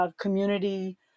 community